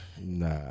Nah